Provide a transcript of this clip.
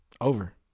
Over